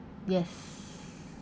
yes